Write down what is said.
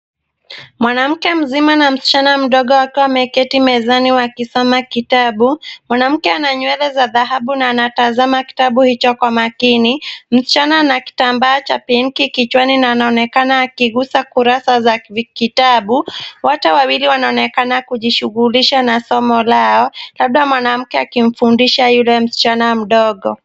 Mwanamke mzima na msichana mdogo wakiwa wameketi mezani wakisoma kitabu. Mwanamke ana nywele za dhahabu na anatazama kitabu hicho kwa makini. Msichana ana kitambaa cha pinki kichwani na anaonekana akigusa kurasa za kitabu. Wote wawili wanaonekana kujishughulisha na somo lao labda mwanamke akimfundisha yule msichana mdogo.